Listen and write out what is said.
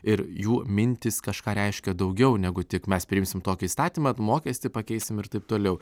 ir jų mintys kažką reiškia daugiau negu tik mes priimsim tokį įstatymą mokestį pakeisim ir taip toliau